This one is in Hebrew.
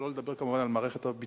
שלא לדבר כמובן על מערכת הביטחון,